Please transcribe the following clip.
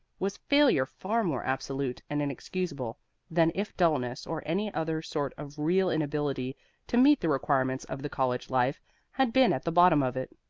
was failure far more absolute and inexcusable than if dulness or any other sort of real inability to meet the requirements of the college life had been at the bottom of it.